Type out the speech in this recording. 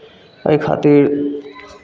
एहि खातिर